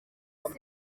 ntara